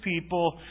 people